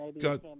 God